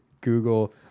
Google